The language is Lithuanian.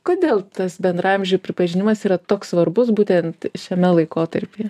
kodėl tas bendraamžių pripažinimas yra toks svarbus būtent šiame laikotarpyje